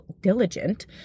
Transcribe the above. diligent